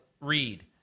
read